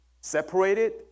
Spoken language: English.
Separated